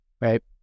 right